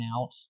out